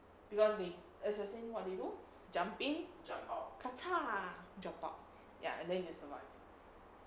because they as I'm saying what do they do jumping jump out ya and then they survive